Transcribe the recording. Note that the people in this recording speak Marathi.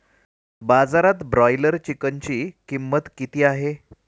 बाजारात ब्रॉयलर चिकनची किंमत किती आहे?